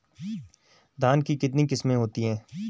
धान की कितनी किस्में होती हैं?